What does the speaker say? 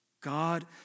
God